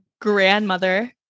grandmother